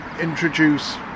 introduce